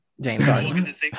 james